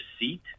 seat